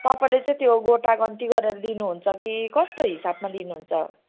तपाईँले चाहिँ त्यो गोटा गन्ती गरेर दिनुहुन्छ कि कस्तो हिसाबमा दिनुहुन्छ